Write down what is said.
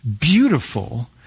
beautiful